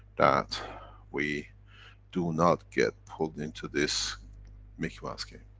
that we do not get pulled into this mickey mouse game.